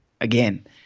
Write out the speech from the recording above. again